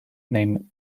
name